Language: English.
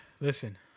Listen